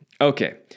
Okay